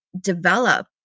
develop